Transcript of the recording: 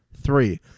Three